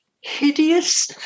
hideous